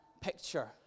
picture